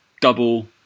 double